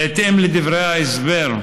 בהתאם לדברי ההסבר,